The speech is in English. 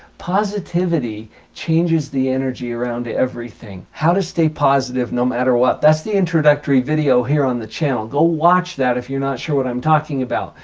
positivity changes the energy around everything. how to stay positive no matter what? that's the introductory video here on the channel. go watch that if you're not sure what i'm talking about.